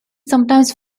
sometimes